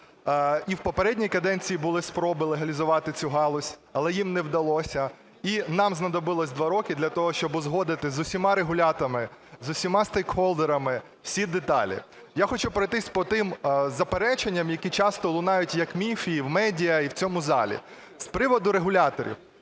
І в попередній каденції були спроби легалізувати цю галузь, але їм не вдалося. І нам знадобилось два роки для того, щоб узгодити з усіма регуляторами, з усіма стейкхолдерами всі деталі. Я хочу пройтись по тим запереченням, які часто лунають як міфи і в медіа, і в цьому залі. З приводу регуляторів.